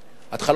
התחלות הבנייה,